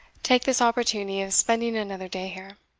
take this opportunity of spending another day here.